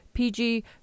PG